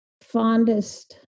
fondest